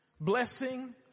blessing